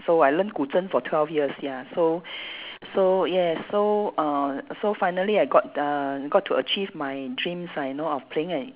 so I learn Guzheng for twelve years ya so so yes so uh so finally I got the got to achieve my dreams I know of playing an